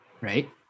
right